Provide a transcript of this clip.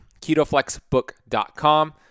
ketoflexbook.com